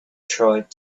tried